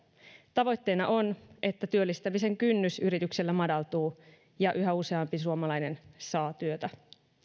tavoitteena on että työllistämisen kynnys yrityksillä madaltuu ja yhä useampi suomalainen saa työtä